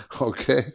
okay